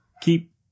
keep